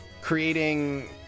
creating